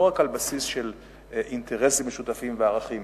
לא רק על בסיס של אינטרסים משותפים וערכים,